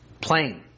plain